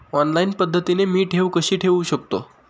Online पद्धतीने मी ठेव कशी ठेवू शकतो?